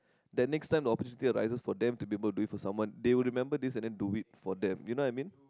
that next time the opportunity arises for them to be able to do it for someone they will remember this and then do it for them you know what I mean